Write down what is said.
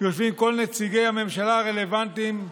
יושבים כל נציגי הממשלה הרלוונטיים,